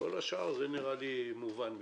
כל השאר נראה לי מובן מאליו.